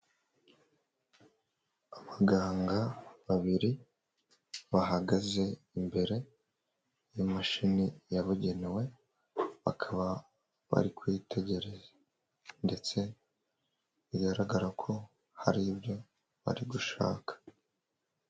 Abaganga babiri bahagaze imbere y'imashini yabugenewe, bakaba bari kuyitegereza ndetse bigaragara ko hari ibyo bari gushaka.